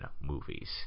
movies